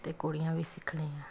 ਅਤੇ ਕੁੜੀਆਂ ਵੀ ਸਿੱਖਦੀਆਂ